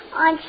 on